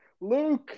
Luke